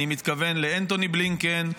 אני מתכוון לאנתוני בלינקן,